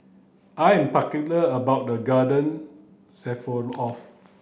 I am particular about the Garden